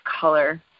color